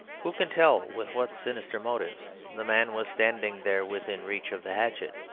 who can tell with what sinister motives the man was standing there within reach of the hatchet?